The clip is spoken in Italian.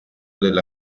della